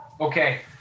Okay